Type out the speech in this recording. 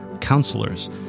counselors